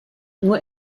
nur